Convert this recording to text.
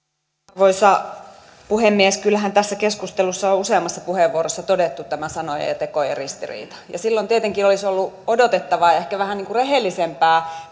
arvoisa puhemies kyllähän tässä keskustelussa on on useammassa puheenvuorossa todettu tämä sanojen ja tekojen ristiriita ja silloin tietenkin olisi ollut odotettavaa ja ehkä vähän niin kuin rehellisempää